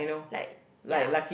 like ya